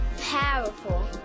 Powerful